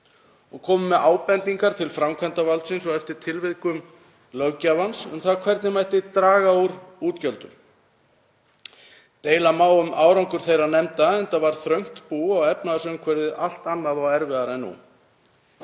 og komu með ábendingar til framkvæmdarvaldsins, og eftir atvikum löggjafans, um hvernig mætti draga úr útgjöldum. Deila má um árangur þeirra nefnda, enda var þröngt í búi og efnahagsumhverfið allt annað og erfiðara en nú.